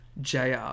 jr